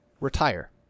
retire